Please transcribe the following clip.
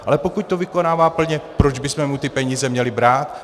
Ale pokud to vykonává plně, proč bychom mu ty peníze měli brát?